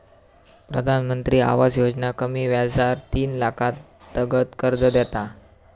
प्रधानमंत्री आवास योजना कमी व्याजार तीन लाखातागत कर्ज देता